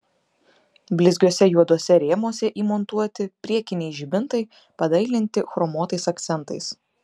blizgiuose juoduose rėmuose įmontuoti priekiniai žibintai padailinti chromuotais akcentais